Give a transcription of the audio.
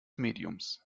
mediums